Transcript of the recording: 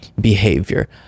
behavior